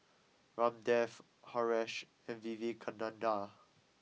Ramdev Haresh and Vivekananda